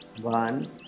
one